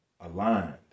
Aligned